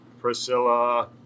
Priscilla